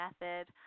method